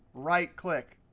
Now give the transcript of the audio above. right click,